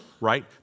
right